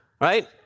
right